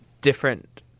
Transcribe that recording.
different